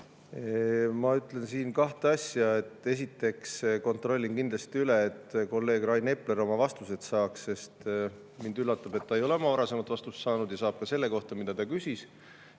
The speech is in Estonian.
Ma ütlen siin kahte asja. Esiteks, kontrollin kindlasti üle, et kolleeg Rain Epler oma vastused saaks, sest mind üllatab, et ta ei ole oma varasemale küsimusele vastust saanud. Aga ta saab ka selle kohta, mida ta täna küsis.